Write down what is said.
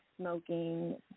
smoking